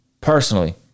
personally